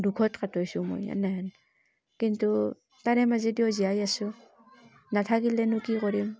দুখত কাটাইছোঁ মই এনেহান কিন্তু তাৰে মাজেদিও জীয়াই আছোঁ নাথাকিলেনো কি কৰিম